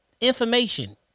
information